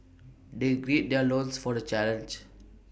they gird their loins for the challenge